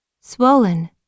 swollen